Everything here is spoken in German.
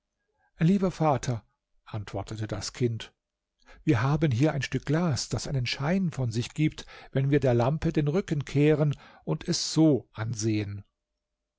lieber vater antwortete das kind wir haben hier ein stück glas das einen schein von sich gibt wenn wir der lampe den rücken kehren und es so ansehen